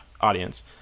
audience